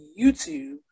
YouTube